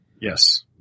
Yes